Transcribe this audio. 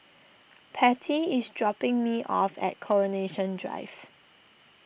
Patti is dropping me off at Coronation Drive